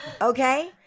Okay